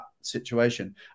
situation